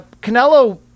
Canelo